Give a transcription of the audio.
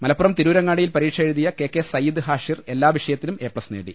മലപ്പുറം തിരൂരങ്ങാടിയിൽ പരീക്ഷ എഴുതിയ കെ കെ സയ്യിദ് ഹാഷിർ എല്ലാവിഷയത്തിലും എ പ്ലസ് നേടി